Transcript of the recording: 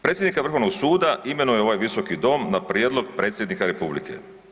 Predsjednika Vrhovnog suda imenuje ovaj visoki dom na prijedlog predsjednika republike.